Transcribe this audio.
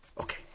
Okay